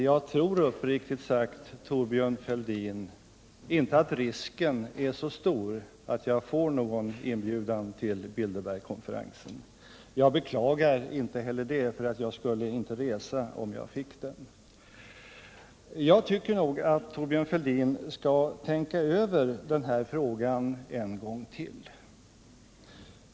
Herr talman! Uppriktigt sagt, Thorbjörn Fälldin, tror jag inte att risken är så stor för att jag skulle få någon inbjudan till Bilderbergkonferensen. Jag beklagar inte det, för jag skulle inte resa även om jag fick en sådan. Jag tycker nog att Thorbjörn Fälldin skall tänka över den här frågan ytterligare en gång.